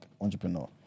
entrepreneur